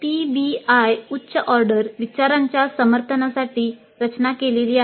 PBI उच्च order विचारांच्या समर्थनासाठी रचना केलेली आहे